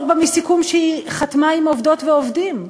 בה מסיכום שהיא חתמה עם עובדות ועובדים.